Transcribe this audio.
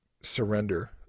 surrender